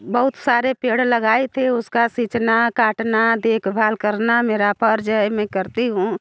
बहुत सारे पेड़ लगाए थे उसका सींचना काटना देख भाल करना मेरा फ़र्ज़ है मैं करती हूँ